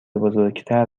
بزرگتر